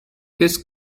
this